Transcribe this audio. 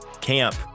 camp